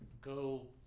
go